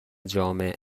جامع